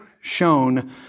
shown